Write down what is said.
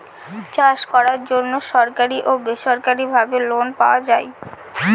চাষ করার জন্য সরকারি ও বেসরকারি ভাবে লোন পাওয়া যায়